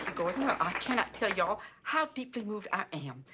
gordon, ah i cannot tell y'all how deeply moved i am.